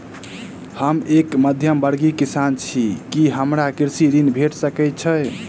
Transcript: हम एक मध्यमवर्गीय किसान छी, की हमरा कृषि ऋण भेट सकय छई?